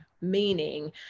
meaning